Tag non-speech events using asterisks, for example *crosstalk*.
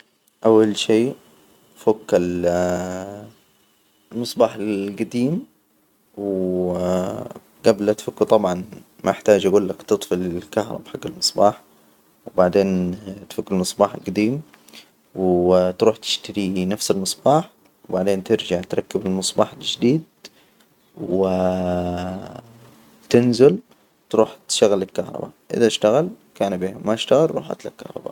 أول شي فك ال- المصباح الجديم، و *hesitation* جبل لا تفكه طبعا محتاج أجول لك تطفي الكهرباء حج المصباح، وبعدين تفك المصباح الجديم، و تروح تشتري نفس المصباح، وبعدين ترجع تركب المصباح الجديد، و *hesitation* تنزل تروح تشغل الكهرباء إذا اشتغل كان بها، ما اشتغل روح هات لك كهربائى.